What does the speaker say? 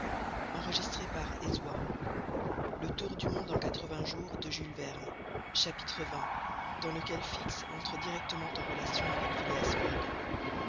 xx dans lequel fix entre directement en relation avec phileas fogg